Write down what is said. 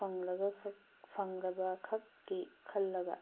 ꯐꯪꯂꯕꯈꯛꯀꯤ ꯈꯜꯂꯒ